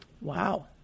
Wow